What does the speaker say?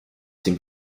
dem